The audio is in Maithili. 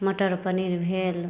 मटर पनीर भेल